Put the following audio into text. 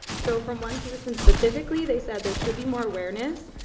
so from one person specifically, they said, there should be more awareness,